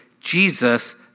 Jesus